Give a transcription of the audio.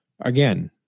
again